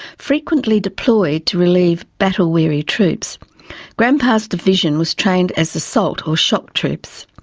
frequently deployed to relieve battle weary troops grandpa's division was trained as assault, or shock troops.